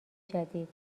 جدید